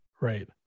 Right